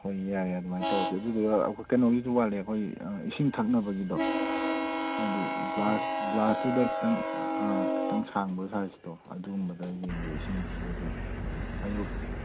ꯍꯣꯏ ꯌꯥꯏꯌꯦ ꯑꯗꯨꯃꯥꯏꯅ ꯇꯧꯁꯤ ꯑꯗꯨꯗꯨꯒ ꯑꯩꯈꯣꯏ ꯀꯩꯅꯣꯒꯤꯁꯨ ꯋꯥꯠꯂꯦ ꯑꯩꯈꯣꯏ ꯏꯁꯤꯡ ꯊꯛꯅꯕꯒꯤꯗꯣ ꯍꯥꯏꯕꯗꯤ ꯒ꯭ꯂꯥꯁ ꯒ꯭ꯂꯥꯁꯇꯨꯗ ꯈꯖꯤꯛꯇꯪ ꯈꯖꯤꯛꯇꯪ ꯁꯥꯡꯕ ꯁꯥꯏꯁꯇꯣ ꯑꯗꯨꯒꯨꯝꯕꯗ ꯌꯦꯡꯒꯦ ꯏꯁꯤꯡꯒꯤꯗꯨꯗꯗꯤ ꯑꯗꯨ